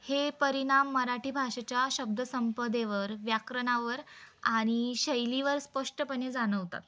हे परिणाम मराठी भाषेच्या शब्दसंपदेवर व्याकरणावर आणि शैलीवर स्पष्टपणे जाणवतात